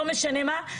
לא משנה מה,